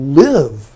live